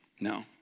No